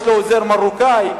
יש לי עוזר מרוקאי,